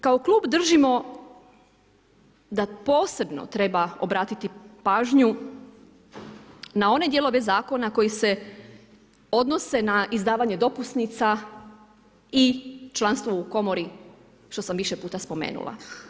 Kao klub držimo da posebno treba obratiti pažnju na one dijelove zakona koji se odnose na izdavanje dopusnica i članstvo u komori što sam više puta spomenula.